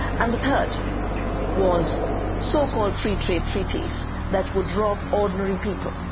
and the third was so-called free trade treaties that would rob ordinary people,